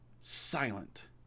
silent